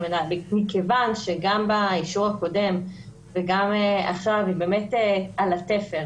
מכיוון שגם באישור הקודם וגם עכשיו היא באמת על התפר,